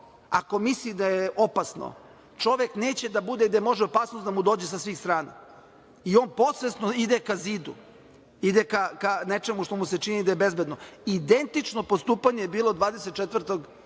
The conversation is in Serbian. Ako misli da je opasno, čovek neće da bude gde može opasnost da mu dođe sa svih strana i on podsvesno ide ka zidu, ide ka nečemu što mu se čini da je bezbedno. Identično postupanje je bilo 24.